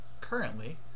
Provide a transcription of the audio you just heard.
currently